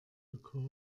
gekost